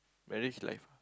marriage life